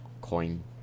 coin